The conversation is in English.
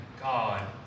God